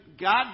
God